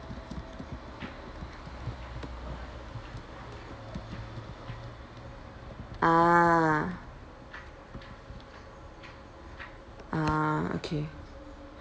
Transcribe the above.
ah ah okay